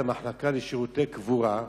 למחלקה לשירותי קבורה,